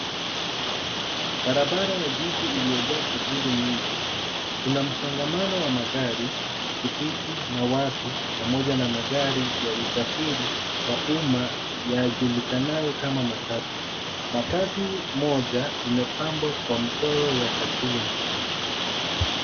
Barabara ya jiji iliyojaa shughuli nyingi kuna msongamano wa magari, pikipiki na watu pamoja na magari ya usafiri wa uma yajulikanayo kama matatu. Matatu moja kwa mchoro ya carton .